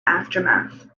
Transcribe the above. aftermath